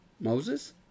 Moses